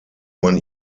man